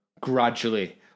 gradually